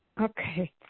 Okay